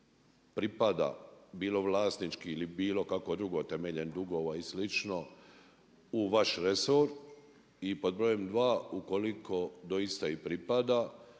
pripada bilo vlasnički ili bilo kako drugo temeljem dugova i slično u vaš resor? I pod brojem 2. ukoliko doista i pripada